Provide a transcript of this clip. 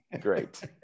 great